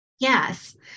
Yes